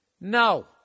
No